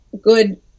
good